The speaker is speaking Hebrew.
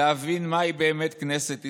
להבין מהי באמת כנסת ישראל?